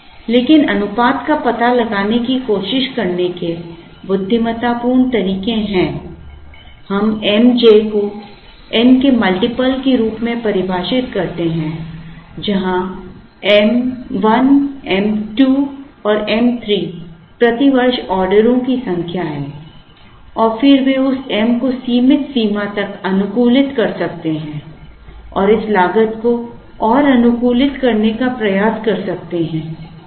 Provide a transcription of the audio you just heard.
लेकिन अनुपात का पता लगाने की कोशिश करने के बुद्धिमत्तापूर्ण तरीके हैं हम m j को n के मल्टीपल के रूप में परिभाषित करते हैं जहां m 1 m 2 और m 3 प्रति वर्ष ऑर्डरोंकी संख्या है और फिर वे उस m को सीमित सीमा तक अनुकूलित कर सकते हैं और इस लागत को और अनुकूलित करने का प्रयास कर सकते हैं